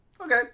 okay